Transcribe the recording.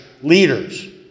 leaders